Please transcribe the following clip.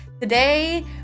Today